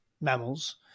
mammals